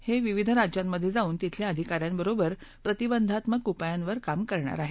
ते विविध राज्यांमध्ये जाऊन तिथल्या अधिकाऱ्यांबरोबर प्रतिबंधात्मक उपायांवर काम करणार आहेत